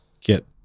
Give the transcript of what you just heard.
get